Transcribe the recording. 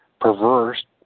perverse